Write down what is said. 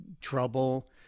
trouble